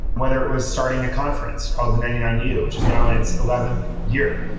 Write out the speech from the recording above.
whether it was starting a conference called the ninety nine u, which is now in its eleventh year.